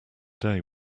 day